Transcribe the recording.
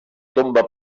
tomba